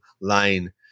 line